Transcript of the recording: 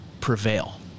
prevail